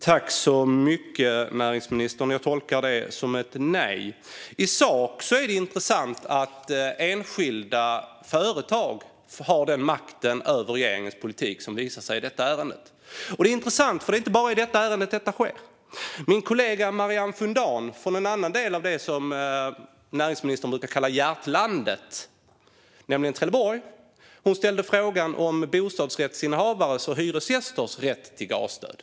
Herr talman och näringsministern! Jag tolkar det som ett nej. I sak är det intressant att enskilda företag har sådan makt över regeringens politik som visar sig i detta ärende. Det är intressant, eftersom det sker inte bara i detta ärende. Min kollega Marianne Fundahn kommer från en annan del av det som näringsministern brukar kalla hjärtlandet, nämligen Trelleborg. Hon ställde en fråga om bostadsrättsinnehavares och hyresgästers rätt till gasstöd.